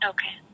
Okay